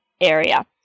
area